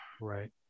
Right